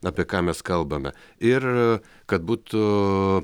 apie ką mes kalbame ir kad būtų